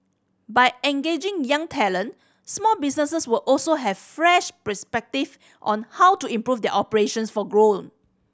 by engaging young talent small businesses will also have fresh perspective on how to improve their operations for growth